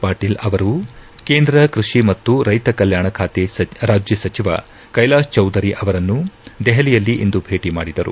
ಪಾಟೀಲ್ ಅವರು ಕೇಂದ್ರ ಕೈಡಿ ಮತ್ತು ರೈತ ಕಲ್ಯಾಣ ಖಾತೆ ರಾಜ್ಯ ಸಚಿವ ಕೈಲಾಶ್ ಚೌದರಿ ಅವರನ್ನು ದೆಹಲಿಯಲ್ಲಿ ಇಂದು ಭೇಟಿ ಮಾಡಿದರು